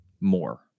more